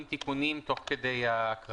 עם תיקונים תוך כדי ההקראה.